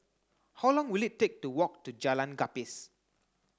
how long will it take to walk to Jalan Gapis